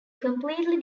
completely